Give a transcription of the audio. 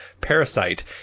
parasite